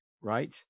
right